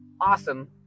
awesome